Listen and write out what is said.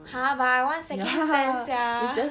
!huh! but I want second sem sia